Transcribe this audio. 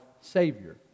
Savior